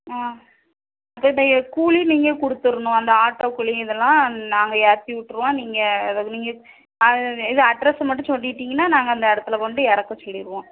ஆ இதோடைய கூலி நீங்கள் கொடுத்துருணும் அந்த ஆட்டோ கூலி இதெல்லாம் நாங்கள் ஏற்றிவுட்ருவோம் நீங்கள் அதாவது நீங்கள் இது அட்ரஸை மட்டும் சொல்லிவிட்டிங்கன்னா நாங்கள் அந்த இடத்துல கொண்டி இறக்க சொல்லிருவோம்